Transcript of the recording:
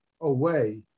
away